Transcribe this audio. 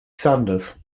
sanders